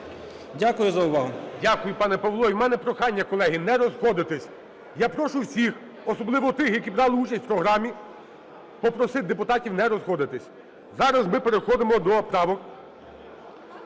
Дякую за увагу. ГОЛОВУЮЧИЙ. Дякую, пане Павло. І в мене прохання, колеги, не розходитись. Я прошу всіх, особливо тих, які брали участь в програмі, попросити депутатів не розходитись. Зараз ми переходимо до правок,